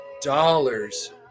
dollars